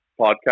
podcast